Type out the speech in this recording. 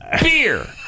beer